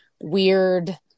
weird